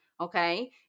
Okay